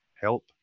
help